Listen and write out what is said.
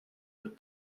but